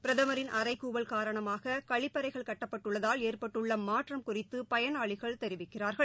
பிரதமின் அறைகூவல் காரணமாககழிப்பறைகள் கட்டப்பட்டுள்ளதால் ஏற்பட்டுள்ளமாற்றம் குறித்துபயனாளிகள் தெரிவிக்கிறார்கள்